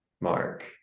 Mark